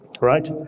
right